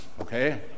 okay